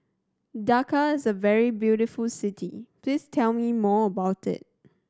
Dakar is a very beautiful city please tell me more about it